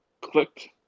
clicked